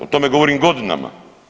O tome govorim godinama.